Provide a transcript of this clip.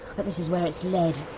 but this is where it's led.